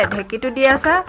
you to and ah come